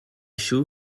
shoe